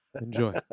Enjoy